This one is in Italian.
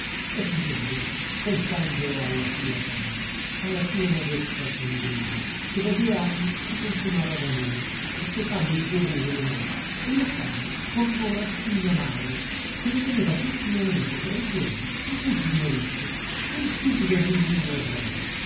e s'intenerí pensando alla sua sandra alla sua modesta sandrina che da due anni si consumava d'amore aspettando il giorno delle nozze e lottando contro l'arcigna madre che le teneva continuamente tra i piedi un cugino ricco quello stupido mimmino orrei